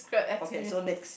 okay so next